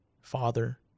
father